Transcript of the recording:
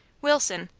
wilson.